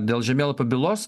dėl žemėlapio bylos